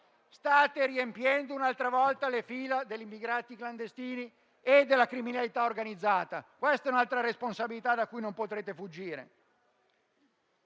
State riempiendo un'altra volta le fila degli immigrati clandestini e della criminalità organizzata. Questa è un'altra responsabilità da cui non potrete fuggire.